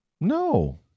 No